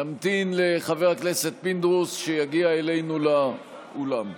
נמתין לחבר הכנסת פינדרוס שיגיע אלינו לאולם.